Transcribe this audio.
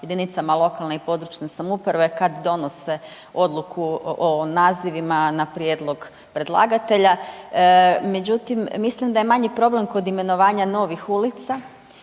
jedinicama lokalne i područne samouprave kad donose odluku o nazivima na prijedlog predlagatelja. Međutim, mislim da je manji problem kod imenovanja novih ulica,